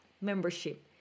membership